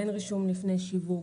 אין רישום לפני שיווק,